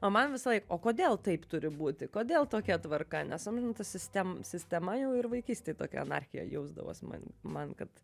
o man visąlaik o kodėl taip turi būti kodėl tokia tvarka nesamonintis sistem sistema jau ir vaikystėj tokia anarchija jausdavos man man kad